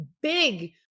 big